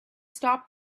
stop